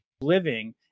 living